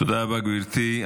תודה רבה, גברתי.